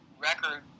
record